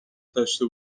داشته